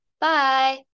Bye